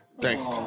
thanks